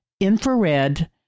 infrared